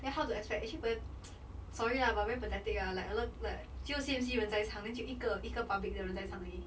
then how to expect actually sorry lah but very pathetic lah like a l~ like 只有 C_M_C 人在唱 then 只有一个一个 public 的人在唱而已